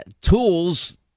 tools